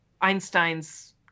einstein's